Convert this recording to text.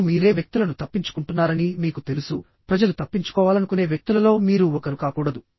మీరు మీరే వ్యక్తులను తప్పించుకుంటున్నారని మీకు తెలుసుప్రజలు తప్పించుకోవాలనుకునే వ్యక్తులలో మీరు ఒకరు కాకూడదు